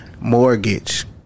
Mortgage